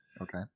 Okay